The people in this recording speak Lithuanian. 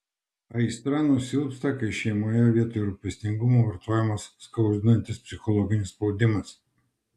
aistra nusilpsta kai šeimoje vietoj rūpestingumo vartojamas skaudinantis psichologinis spaudimas